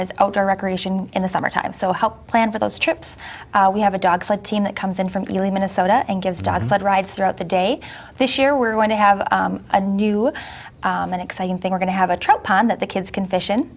as outdoor recreation in the summertime so help plan for those trips we have a dog sled team that comes in from minnesota and gives dad sled rides throughout the day this year we're going to have a new and exciting thing we're going to have a truck pond that the kids confession